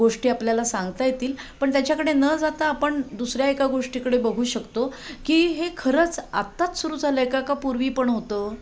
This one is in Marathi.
गोष्टी आपल्याला सांगता येतील पण त्याच्याकडे न जाता आपण दुसऱ्या एका गोष्टीकडे बघू शकतो की हे खरंच आत्ताच सुरू झालं आहे का का पूर्वी पण होतं